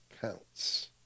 counts